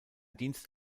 dienst